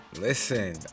listen